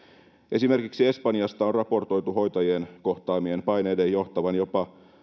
esimerkiksi espanjasta on raportoitu hoitajien kohtaamien paineiden johtavan jopa